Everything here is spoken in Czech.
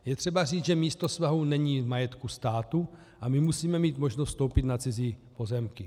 Je třeba říct, že místo svahu není v majetku státu a my musíme mít možnost vstoupit na cizí pozemky.